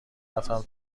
رفتم